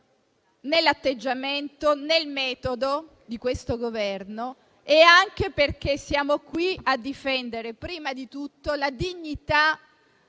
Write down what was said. nell'atteggiamento, nel metodo di questo Governo e anche perché siamo qui a difendere prima di tutto la dignità